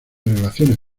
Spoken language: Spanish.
relaciones